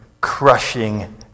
crushing